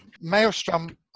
Maelstrom